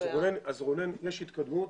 יש התקדמות.